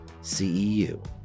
CEU